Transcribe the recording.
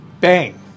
bang